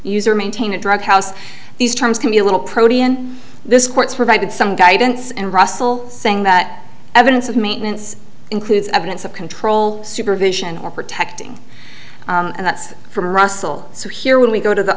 user maintain a drug house these terms can be a little protean this court's provided some guidance and russell saying that evidence of maintenance includes evidence of control supervision or protecting and that's from russell so here when we go to the